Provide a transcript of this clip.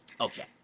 Okay